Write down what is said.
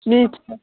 नै